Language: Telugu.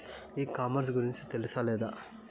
ఈ కామర్స్ గురించి తెలుసా లేదా?